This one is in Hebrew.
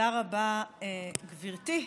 עדיין, תודה רבה, גברתי היושבת-ראש,